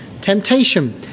temptation